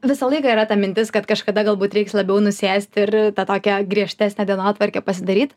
visą laiką yra ta mintis kad kažkada galbūt reiks labiau nusėst ir tą tokią griežtesnę dienotvarkę pasidaryt